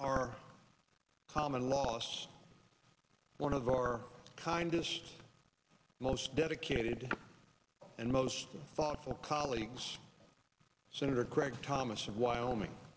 our common last one of our kindest most dedicated and most thoughtful colleagues senator craig thomas of wyoming